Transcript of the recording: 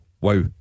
wow